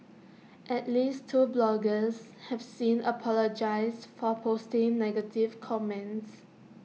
at least two bloggers have since apologised for posting negative comments